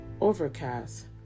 Overcast